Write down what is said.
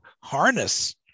harness